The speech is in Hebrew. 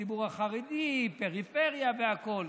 הציבור החרדי, פריפריה והכול.